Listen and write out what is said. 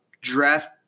draft